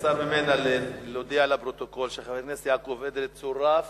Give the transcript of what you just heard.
נבצר ממנה להודיע לפרוטוקול שחבר הכנסת יעקב אדרי צורף